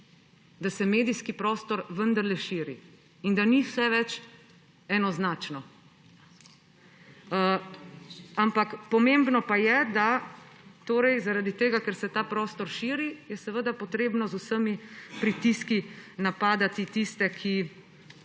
da se medijski prostor vendarle širi in da ni vse več enoznačno. Ampak, pomembno pa je, da zaradi tega, ker se ta prostor širi, je seveda potrebno z vsemi pritiski napadati tiste, ki